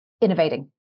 innovating